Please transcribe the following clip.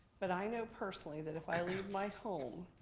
but i know personally that if i leave my home,